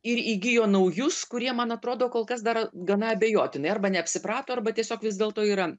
ir įgijo naujus kurie man atrodo kol kas dar gana abejotini arba neapsiprato arba tiesiog vis dėlto yra